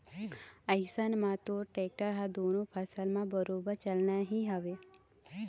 अइसन म तोर टेक्टर ह दुनों फसल म बरोबर चलना ही हवय